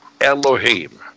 Elohim